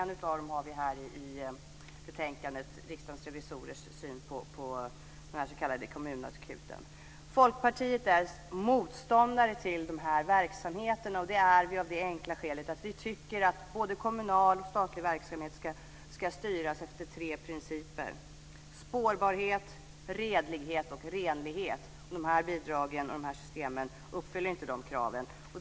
Vi har Riksdagens revisorers syn på den s.k. kommunakuten i betänkandet. Folkpartiet är motståndare till de här verksamheterna. Det är vi av det enkla skälet att vi tycker att både kommunal och statlig verksamhet ska styras efter tre principer: spårbarhet, redlighet och renlighet. De här bidragen och de här systemen uppfyller inte dessa krav.